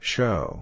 Show